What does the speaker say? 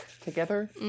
together